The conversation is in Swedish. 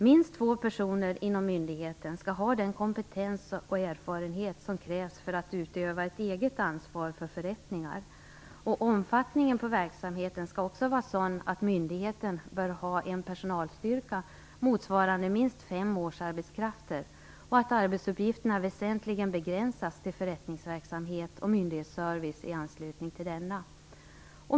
Minst två personer inom myndigheten skall ha den kompetens och erfarenhet som krävs för att utöva ett eget ansvar för förrättningar. Omfattningen på verksamheten skall också vara sådan att myndigheten bör ha en personalstyrka motsvarande minst fem årsarbetskrafter och att arbetsuppgifterna väsentligen begränsas till förrättningsverksamhet och myndighetsservice i anslutning till denna.